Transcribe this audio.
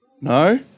No